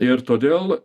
ir todėl